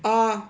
ah